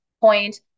point